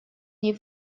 ней